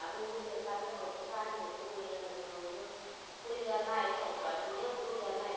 அப்படியே வீட்டுல சண்டைப் போட்டு சாடிப் போட்டு உள்ளதுங்க ஒரு கூலிக்காரனா ஆயிருச்சுங்க இப்போ அடிமையாக கூலிக்காரனாக ஆயிருச்சுங்க